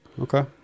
Okay